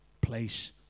place